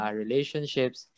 relationships